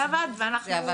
זה עבד מצוין.